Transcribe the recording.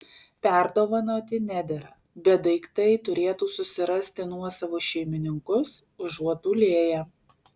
perdovanoti nedera bet daiktai turėtų susirasti nuosavus šeimininkus užuot dūlėję